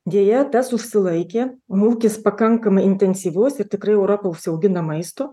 deja tas užsilaikė mūkis pakankamai intensyvus ir tikrai europa užsiaugina maisto